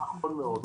נכון מאוד.